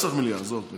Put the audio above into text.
לא צריך מליאה, עזוב.